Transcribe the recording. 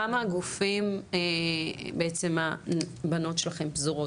כמה גופים בעצם הבנות שלכם פזורות?